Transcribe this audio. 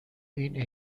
این